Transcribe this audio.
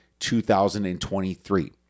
2023